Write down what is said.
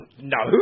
No